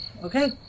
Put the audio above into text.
Okay